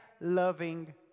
loving